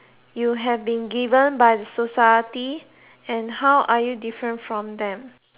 you have been given by the society and how are you different from them